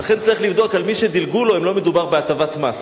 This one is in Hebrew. לכן צריך לבדוק אצל מי שדילגו לו אם לא מדובר בהטבת מס,